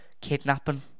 kidnapping